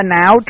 now